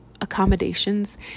accommodations